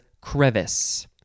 crevice